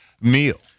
meal